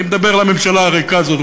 אני מדבר לממשלה הריקה הזאת,